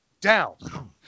down